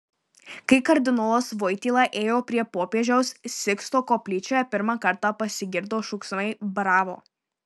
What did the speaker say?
kai kardinolas voityla ėjo prie popiežiaus siksto koplyčioje pirmą kartą pasigirdo šūksmai bravo